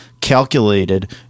calculated